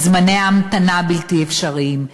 את זמני ההמתנה הבלתי-אפשריים,